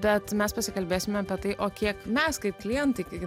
tad mes pasikalbėsime apie tai o kiek mes kaip klientai kai